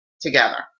together